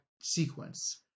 sequence